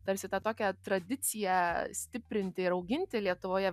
tarsi tą tokią tradiciją stiprinti ir auginti lietuvoje